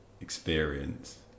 experience